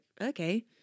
okay